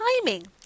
timing